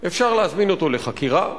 אפשר להזמין אותו לחקירה.